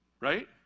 right